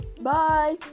Bye